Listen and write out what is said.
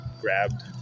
grabbed